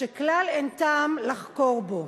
שכלל אין טעם לחקור בו.